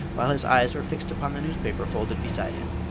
while his eyes were fixed upon the newspaper folded beside him.